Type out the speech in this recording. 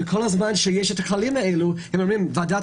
וכל זמן שיש הכללים האלה הם אומרים ועדת